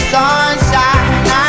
Sunshine